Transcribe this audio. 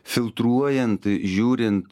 filtruojant žiūrint